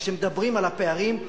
כשמדברים על הפערים,